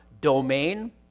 domain